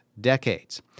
decades